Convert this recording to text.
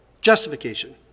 justification